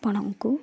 ଆପଣଙ୍କୁ